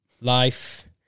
life